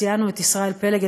ציינו את ישראל פלג,